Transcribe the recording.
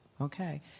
Okay